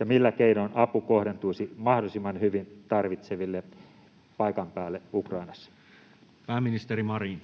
ja millä keinoin apu kohdentuisi mahdollisimman hyvin tarvitseville paikan päälle Ukrainassa? Pääministeri Marin.